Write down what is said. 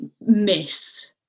miss